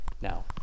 Now